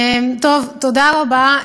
טוב, תודה רבה.